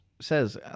says